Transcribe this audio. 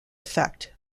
effect